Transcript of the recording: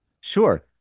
Sure